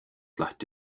lahti